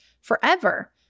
forever